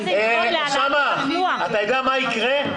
אוסאמה, אתה יודע מה יקרה?